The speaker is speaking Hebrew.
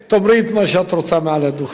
אני מעדיף שתאמרי את מה שאת רוצה מעל הדוכן.